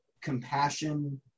compassion